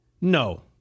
No